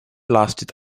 lasted